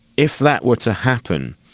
if that were to happen,